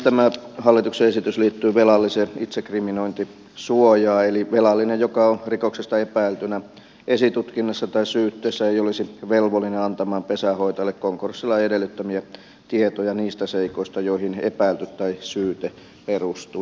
tämä hallituksen esitys liittyy velallisen itsekriminointisuojaan eli velallinen joka on rikoksesta epäiltynä esitutkinnassa tai syytteessä ei olisi velvollinen antamaan pesänhoitajalle konkurssilain edellyttämiä tietoja niistä seikoista joihin epäily tai syyte perustuu